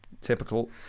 typical